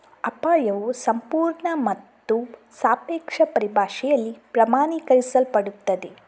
ಅಪಾಯವು ಸಂಪೂರ್ಣ ಮತ್ತು ಸಾಪೇಕ್ಷ ಪರಿಭಾಷೆಯಲ್ಲಿ ಪ್ರಮಾಣೀಕರಿಸಲ್ಪಡುತ್ತದೆ